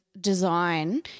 design